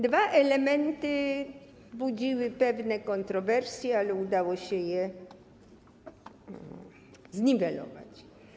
Dwa elementy budziły pewne kontrowersje, ale udało się je zniwelować.